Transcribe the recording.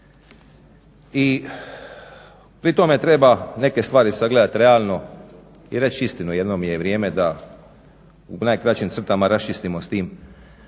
I pri tome treba neke stvari sagledat realno i reć istinu. Jednom je vrijeme da u najkraćim crtama raščistimo s tim.